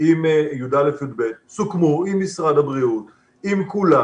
עם י"א-י"ב סוכמו עם משרד הבריאות ועם כולם